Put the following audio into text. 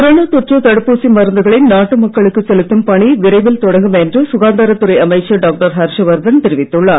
corona தொற்று தடுப்பூசி மருந்துகளை நாட்டு மக்களுக்கு செலுத்தும் பணி விரைவில் தொடங்கும் என்று சுகாதாரத் துறை அமைச்சர் டாக்டர் ஹர்ஷவர்தன் தெரிவித்துள்ளார்